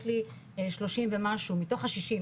יש לי 30 ומשהו מתוך ה-60,